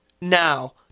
Now